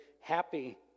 happy